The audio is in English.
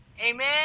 Amen